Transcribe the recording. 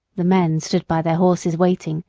the men stood by their horses waiting,